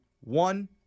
one